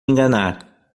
enganar